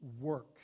work